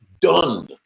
done